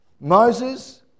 Moses